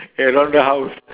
around the house